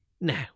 now